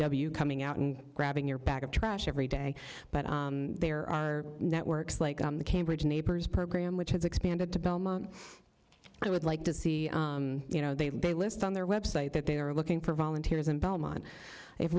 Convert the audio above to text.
w coming out and grabbing your bag of trash every day but there are networks like the cambridge neighbors program which has expanded to belmont and i would like to see you know they have a list on their website that they are looking for volunteers in belmont if